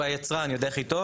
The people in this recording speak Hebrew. הוא היצרן יודע הכי טוב.